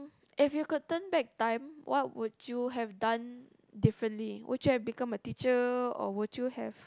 if you could turn back time what would you have done differently would you have become a teacher or would you have